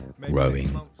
growing